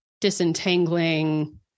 disentangling